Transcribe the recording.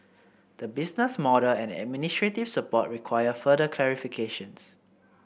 the business model and administrative support require further clarifications